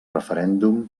referèndum